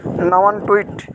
ᱱᱟᱣᱟᱱ ᱴᱩᱭᱤᱴ